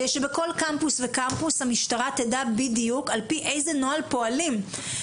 שבכל קמפוס וקמפוס המשטרה תדע בדיוק על פי איזה נוהל פועלים.